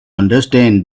understand